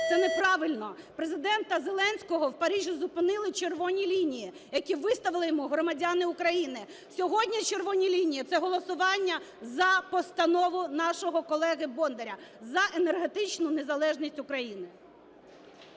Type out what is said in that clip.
це неправильно. Президента Зеленського у Парижі зупинили "червоні лінії", які виставили йому громадяни України. Сьогодні "червоні лінії" – це голосування за постанову нашого колеги Бондаря, за енергетичну незалежність України.